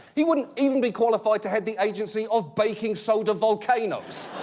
he wouldn't even be qualified to head the agency of baking soda volcanoes.